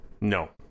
No